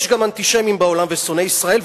יש גם אנטישמים בעולם ושונאי ישראל,